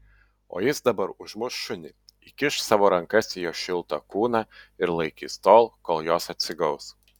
o jis dabar užmuš šunį įkiš savo rankas į jo šiltą kūną ir laikys tol kol jos atsigaus